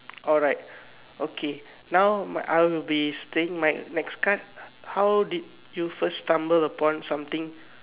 alright okay now I will be staying my next card how did you first stumble upon something